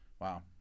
Wow